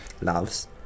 Loves